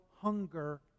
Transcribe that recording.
hunger